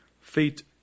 fate